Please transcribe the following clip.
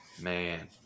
man